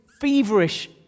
feverish